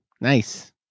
Nice